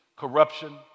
corruption